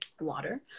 Water